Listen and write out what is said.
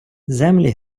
землі